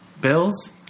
Bills